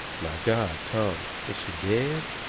my god, tom, is she dead?